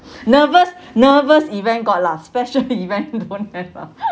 nervous nervous event got lah special event don't have lah